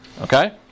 okay